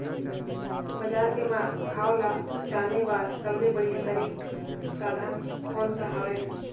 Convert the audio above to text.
बजार के भाव ला जाने बार सबले बढ़िया तारिक साधन कोन सा हवय?